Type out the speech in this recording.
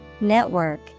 network